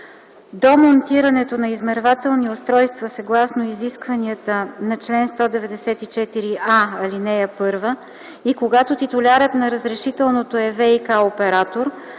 До монтирането на измервателни устройства съгласно изискванията на чл. 194а, ал. 1, и когато титулярът на разрешителното е ВиК оператор,